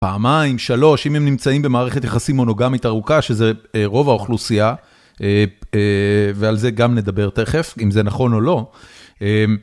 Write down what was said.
פעמיים, שלוש, אם הם נמצאים במערכת יחסים מונוגמית ארוכה, שזה רוב האוכלוסייה ועל זה גם נדבר תכף, אם זה נכון או לא.